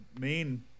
main